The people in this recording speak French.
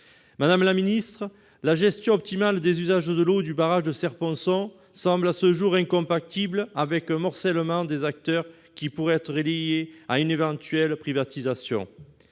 Madame la secrétaire d'État, la gestion optimale des usages de l'eau du barrage de Serre-Ponçon semble à ce jour incompatible avec le morcellement des acteurs qui pourrait être lié à une éventuelle privatisation.